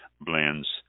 blends